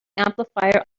amplifier